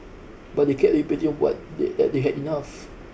but they kept repeating what that that they had enough